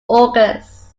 august